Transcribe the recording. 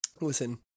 listen